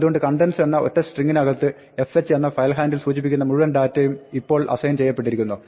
അതുകൊണ്ട് contents എന്ന ഒറ്റ സ്ട്രിങ്ങിനകത്ത് fh എന്ന ഫയൽ ഹാൻഡിൽ സൂചിപ്പിക്കുന്ന മുഴുവൻ ഡാറ്റയും ഇപ്പോൾ അസൈൻ ചെയ്യപ്പെട്ടിരിക്കുന്നു